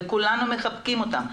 ומחבקים אותם,